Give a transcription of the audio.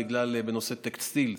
בגלל נושא הטקסטיל,